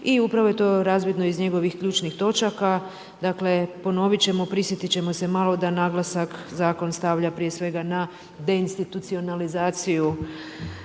i upravo je to razvidno iz njegovih ključnih točaka. Dakle ponovit ćemo, prisjetit ćemo se malo da naglasak zakon stavlja prije svega na deinstitucionalizaciju